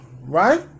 right